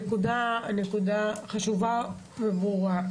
הנקודה חשובה וברורה.